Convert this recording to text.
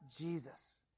Jesus